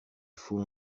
faut